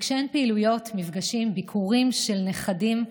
כשאין פעילויות, מפגשים, ביקורים של נכדים,